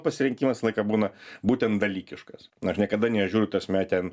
pasirinkimas visą laiką būna būtent dalykiškas nu aš niekada nežiūriu ta prasme ten